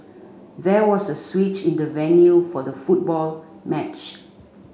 there was a switch in the venue for the football match